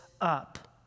up